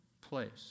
place